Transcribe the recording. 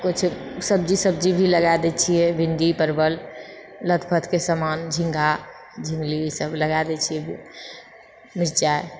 किछु सब्जी सब्जी भी लगा दए छिए भिण्डी परवल लतपतके सामान झिङ्गा झिङ्गली ई सब लगा देछिए मिर्चाइ